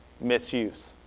misuse